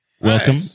Welcome